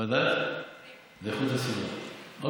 ועדת הפנים ואיכות הסביבה.